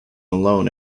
alone